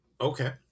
Okay